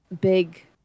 big